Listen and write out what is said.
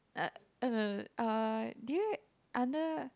uh oh no no uh do you under